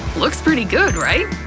looks pretty good, right?